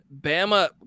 Bama